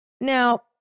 Now